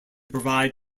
provide